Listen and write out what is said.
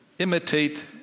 imitate